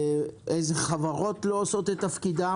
איזה חברות פרטיות לא עושות את תפקידן?